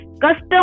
custom